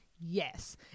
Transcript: yes